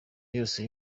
yose